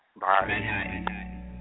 Bye